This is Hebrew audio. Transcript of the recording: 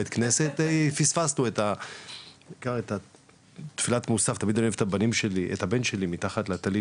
בית כנסת אני תמיד אוהב לראות את הבן שלי מתעטף תחת טלית